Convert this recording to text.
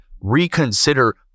reconsider